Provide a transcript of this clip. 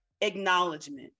Acknowledgement